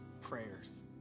prayers